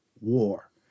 war